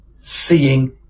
Seeing